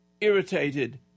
irritated